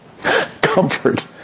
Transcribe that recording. Comfort